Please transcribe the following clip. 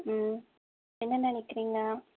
ம் என்ன நினைக்கிறிங்க